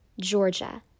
Georgia